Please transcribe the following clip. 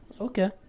Okay